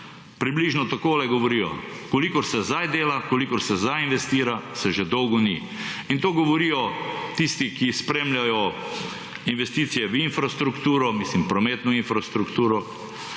Približno takole govorijo: »Kolikor se zdaj dela, kolikor se zdaj investira, se že dolgo ni.« In to govorijo tisti, ki spremljajo investicije v infrastrukturo, mislim, prometno infrastrukturo,